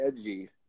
edgy